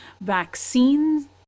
vaccines